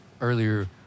earlier